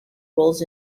roles